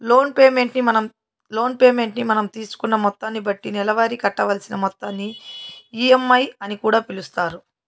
loan payment ని మనం తీసుకున్న మొత్తాన్ని బట్టి నెలవారీ కట్టవలసిన మొత్తాన్ని ఈ.ఎం.ఐ అని కూడా పిలుస్తారు